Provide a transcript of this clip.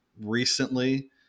recently